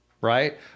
right